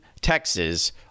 Texas